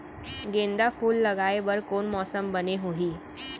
गेंदा फूल लगाए बर कोन मौसम बने होही?